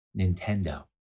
Nintendo